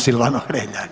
Silvano Hrelja.